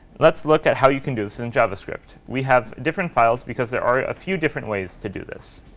let's look at how you can do this in javascript. we have different files because there are a few different ways to do this.